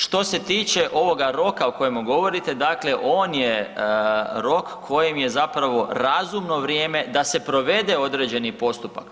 Što se tiče ovoga roka o kojem govorite, dakle on je rok kojim je zapravo razumno vrijeme da se provede određeni postupak.